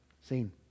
seen